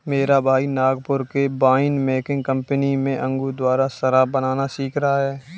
मेरा भाई नागपुर के वाइन मेकिंग कंपनी में अंगूर द्वारा शराब बनाना सीख रहा है